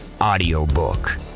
audiobook